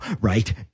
right